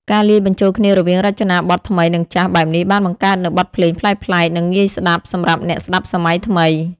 ការលាយបញ្ចូលគ្នារវាងរចនាប័ទ្មថ្មីនិងចាស់បែបនេះបានបង្កើតនូវបទភ្លេងប្លែកៗនិងងាយស្ដាប់សម្រាប់អ្នកស្ដាប់សម័យថ្មី។